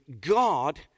God